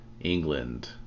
England